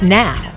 now